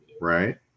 Right